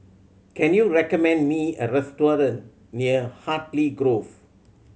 can you recommend me a restaurant near Hartley Grove